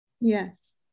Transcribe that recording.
yes